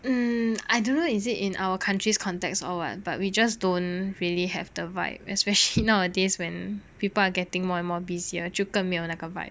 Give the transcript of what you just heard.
mm I don't know is it in our country's context or what but we just don't really have the vibe especially nowadays when people are getting more and more busier 就更没有那个 vibe